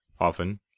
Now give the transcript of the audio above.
Often